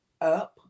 up